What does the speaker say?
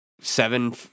seven